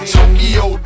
Tokyo